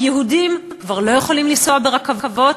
כי יהודים כבר לא יכולים לנסוע ברכבות,